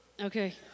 Okay